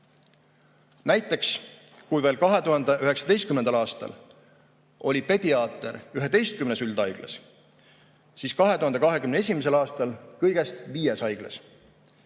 Näiteks, kui veel 2019. aastal oli pediaater 11 üldhaiglas, siis 2021. aastal kõigest viies haiglas;